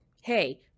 hey